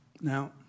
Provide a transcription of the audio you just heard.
Now